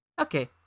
okay